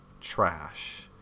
trash